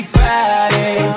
Friday